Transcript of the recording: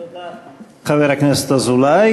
תודה, חבר הכנסת אזולאי.